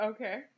Okay